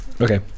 Okay